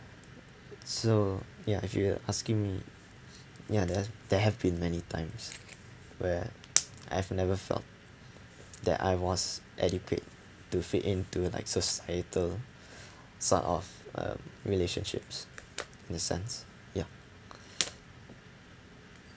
so ya if you're asking me ya there has there have been many times where I've never felt that I was adequate to fit into like societal sort of uh relationships in the sense ya